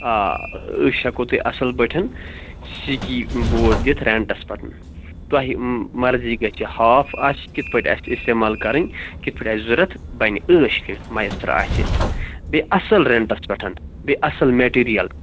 آ أسۍ ہیٚکو تۄہہِ اَصٕل پٲٹھۍ سِکی بوٚرڈ دِتھ رینٹس پٮ۪ٹھ تۄہہِ مرضی گژھِ ہاف آسہِ کِتھٕ پٲٹھۍ آسہِ استعمال کرٕنۍ کِتھٕ پٲٹھۍ آسہِ ضروٗرت بنہِ ٲش کٔرِتھ میسر آسہِ بیٚیہِ اَصٕل رینٹس پٮ۪ٹھ بیٚیہِ اَصٕل مِٹیریل